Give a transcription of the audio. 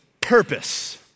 purpose